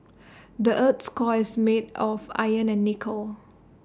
the Earth's core is made of iron and nickel